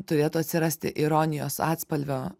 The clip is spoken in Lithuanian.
turėtų atsirasti ironijos atspalvio